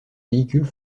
véhicules